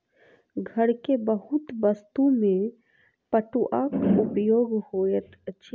घर के बहुत वस्तु में पटुआक उपयोग होइत अछि